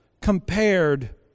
compared